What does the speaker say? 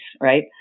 right